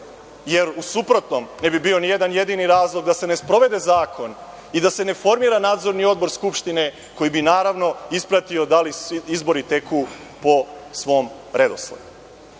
U suprotnom, ne bi bio ni jedan jedini razlog da se ne sprovede zakon i da se ne formira nadzorni odbor Skupštine koji bi, naravno, ispratio da li izbori teku po svom redosledu. Dakle,